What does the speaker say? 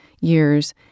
years